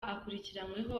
akurikiranyweho